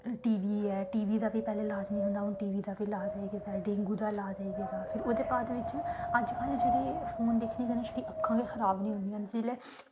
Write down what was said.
TV ऐ TB दा बी पैह्लें ईलाज निं होंदा हा टीवी दा लाज आई गेदा डेंगू दा लाज आई गेदा ऐ फिर ओह्दे बाद बिच अज्जकल जेह्ड़े फोन दिक्खने कन्नै छड़ियां अक्खां गै खराब होनियां न